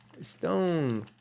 Stone